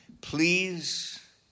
Please